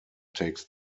takes